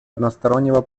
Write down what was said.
одностороннего